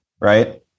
right